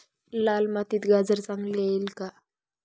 लाल मातीत गाजर चांगले येईल का?